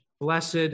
blessed